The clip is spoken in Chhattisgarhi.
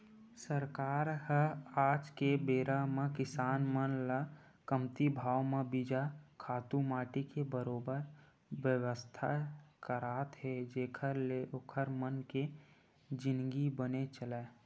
सरकार ह आज के बेरा म किसान मन ल कमती भाव म बीजा, खातू माटी के बरोबर बेवस्था करात हे जेखर ले ओखर मन के जिनगी बने चलय